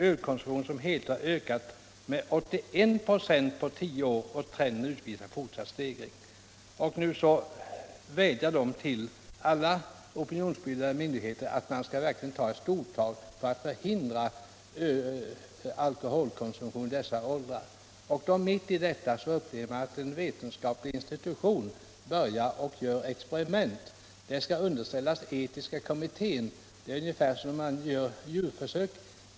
Ölkonsumtionen som helhet har ökat med 81 26 på tio år och trenden utvisar fortsatt stegring.” Nu vädjar dessa skolsköterskor till alla opinionsbildande myndigheter att man verkligen skall ta stortag för att förhindra alkoholkonsumtion i dessa åldrar. Och mitt i detta upplever vi att en vetenskaplig institution börjar göra sådana här experiment! Saken skall underställas Karolinska institutets etiska kommitté, säger statsrådet. Det är ungefär som om man gör djurförsök.